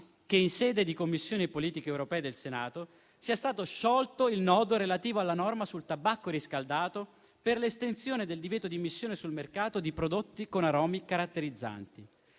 che in sede di Commissione politiche europee del Senato sia stato sciolto il nodo relativo alla norma sul tabacco riscaldato per l'estensione del divieto di immissione sul mercato di prodotti con aromi caratterizzanti.